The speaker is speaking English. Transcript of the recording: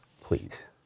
Please